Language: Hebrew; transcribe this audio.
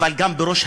אבל גם בראש,